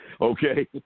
Okay